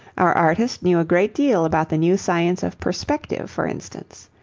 our artist knew a great deal about the new science of perspective, for instance.